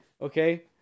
okay